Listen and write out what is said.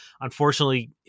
Unfortunately